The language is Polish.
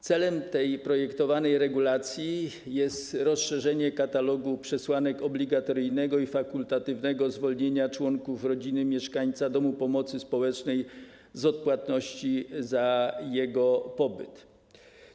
Celem projektowanej regulacji jest rozszerzenie katalogu przesłanek obligatoryjnego i fakultatywnego zwolnienia członków rodziny mieszkańca domu pomocy społecznej z odpłatności za jego pobyt.